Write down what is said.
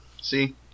See